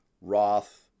Roth